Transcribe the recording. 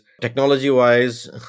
technology-wise